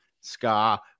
Scar